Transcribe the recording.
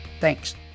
Thanks